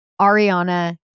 Ariana